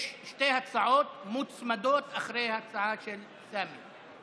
יש שתי הצעות מוצמדות אחרי ההצעה של סמי.